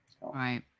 right